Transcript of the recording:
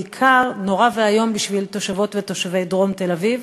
בעיקר נורא ואיום בשביל תושבות ותושבי דרום תל-אביב.